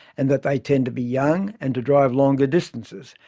and that they tend to be young and to drive longer distances.